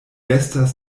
estas